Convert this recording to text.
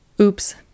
oops